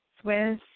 Swiss